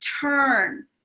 turn